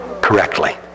correctly